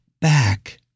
back